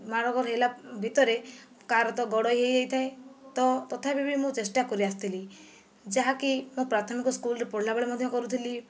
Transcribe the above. ମାଡ଼ଗୋଳ ହେଲା ଭିତରେ କାହାର ତ ଗୋଡ଼ ହୋଇ ହୋଇଥାଏ ତ ତଥାପି ବି ମୁଁ ଚେଷ୍ଟା କରିଆସିଥିଲି ଯାହାକି ମୁଁ ପ୍ରାଥମିକ ସ୍କୁଲରୁ ପଢ଼ିଲା ବେଳେ ମଧ୍ୟ କରୁଥିଲି